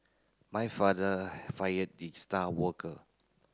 my father fired the star worker